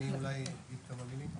אני אולי אגיד כמה מילים.